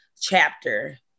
chapter